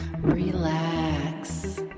Relax